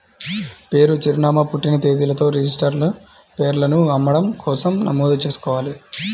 పేరు, చిరునామా, పుట్టిన తేదీలతో రిజిస్టర్డ్ షేర్లను అమ్మడం కోసం నమోదు చేసుకోవాలి